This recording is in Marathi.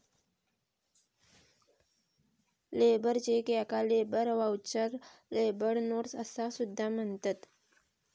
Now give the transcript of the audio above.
लेबर चेक याका लेबर व्हाउचर, लेबर नोट्स असा सुद्धा म्हणतत